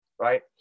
right